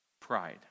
Pride